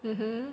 mmhmm